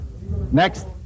Next